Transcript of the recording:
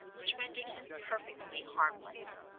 which rendered him perfectly harmless.